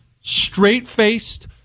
straight-faced